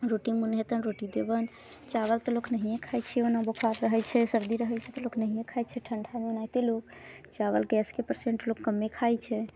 रोटी मोन हेतनि रोटी देबैन चावल तऽ लोक नहिए खाइ छै ओना बोखार रहै छै सर्दी रहै छै तऽ लोक नहिए खाइ छै ठण्डामे ओनाहिते लोक चावल गैसके पेसेंट लोक कमे खाइ छै